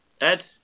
Ed